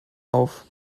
auf